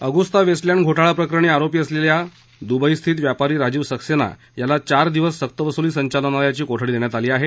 Agusta Westland घोटाळा प्रकरणी आरोपी असलेला दुबईस्थित व्यापारी राजीव सक्सेना याला चार दिवस सक्तवसुली संचालनालयाची कोठडी देण्यात आली आहे